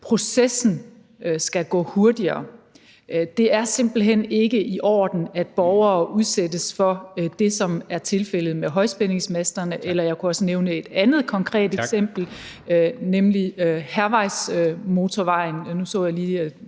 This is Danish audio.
at processen skal gå hurtigere. Det er simpelt hen ikke i orden, at borgere udsættes for det, som er tilfældet med højspændingsmasterne. Jeg kunne også nævne et andet konkret eksempel, nemlig hærvejsmotorvejen